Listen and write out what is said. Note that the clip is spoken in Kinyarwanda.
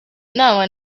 inama